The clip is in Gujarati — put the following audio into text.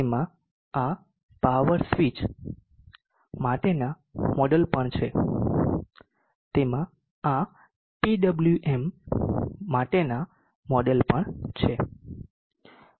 તેમાં આ પાવર સ્વીચ માટેનાં મોડેલ પણ છે તેમાં આ PWM માટેનાં મોડેલ પણ છે